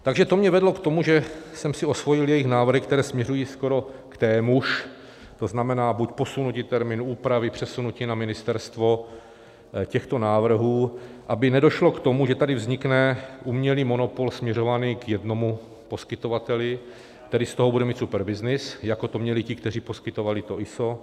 Takže to mě vedlo k tomu, že jsem si osvojil jejich návrhy, které směřují skoro k témuž, to znamená, buď posunutí termínu úpravy, přesunutí na ministerstvo těchto návrhů, aby nedošlo k tomu, že tady vznikne umělý monopol směřovaný k jednomu poskytovateli, který z toho bude mít super byznys, jako to měli ti, kteří poskytovali to ISO.